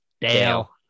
Dale